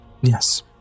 Yes